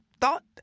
thought